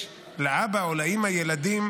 לאבא או לאימא יש ילדים